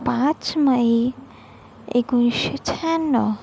पाच मई एकोणीसशे शहाण्णव